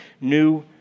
new